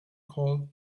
called